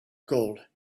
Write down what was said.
gold